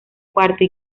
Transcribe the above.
cuarto